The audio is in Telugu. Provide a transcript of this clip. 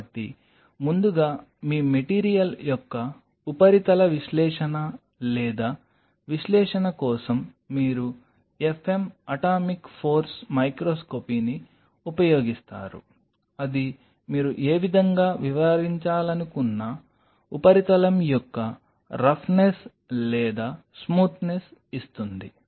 కాబట్టి ముందుగా మీ మెటీరియల్ యొక్క ఉపరితల విశ్లేషణ లేదా విశ్లేషణ కోసం మీరు fm అటామిక్ ఫోర్స్ మైక్రోస్కోపీని ఉపయోగిస్తారు అది మీరు ఏ విధంగా వివరించాలనుకున్నా ఉపరితలం యొక్క రాఫ్నెస్ లేదా స్మూత్నేస్ ఇస్తుంది